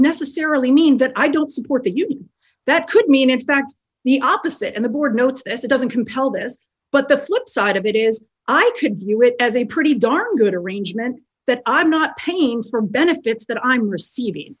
necessarily mean that i don't support you that could mean in fact the opposite and the board notice it doesn't compel this but the flip side of it is i could view it as a pretty darn good arrangement but i'm not paying for benefits that i'm receiving